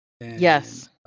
Yes